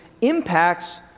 impacts